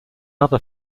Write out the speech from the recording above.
other